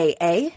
AA